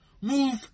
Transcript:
move